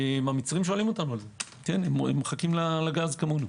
המצרים שואלים אותנו על זה, הם מחכים לגז כמונו.